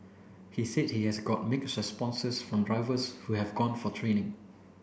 he said he has got mixed responses from drivers who have gone for training